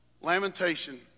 Lamentation